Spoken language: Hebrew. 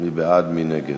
מי בעד, מי נגד?